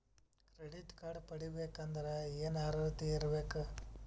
Credit card ಪಡಿಬೇಕಂದರ ಏನ ಅರ್ಹತಿ ಇರಬೇಕು?